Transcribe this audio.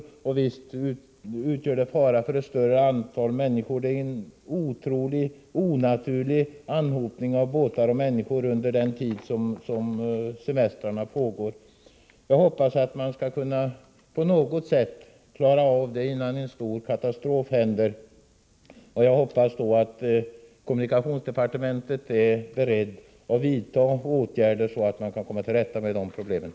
Visst skulle en brand i många av våra småbåtshamnar utgöra fara för ett stort antal människor. Det är fråga om en otrolig, och onaturlig, anhopning av båtar och människor under den tid som semestrarna pågår. Jag hoppas att man på något sätt skall kunna klara av att åstadkomma en bättre brandsäkerhet innan en stor katastrof inträffar. Det är min förhoppning att kommunikationsdepartementet är berett att vidta åtgärder, så att vi kan komma till rätta med problemet.